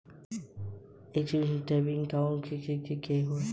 day trading करने वाले व्यक्ति अवांछित जोखिम से बचना चाहते हैं